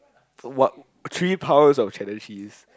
what three powers of cheddar cheese